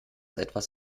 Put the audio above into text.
etwas